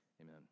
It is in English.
Amen